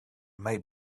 might